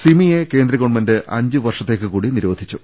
സിമിയെ കേന്ദ്ര ഗവൺമെന്റ് അഞ്ച് വർഷത്തേക്ക് കൂടി നിരോ ധിച്ചു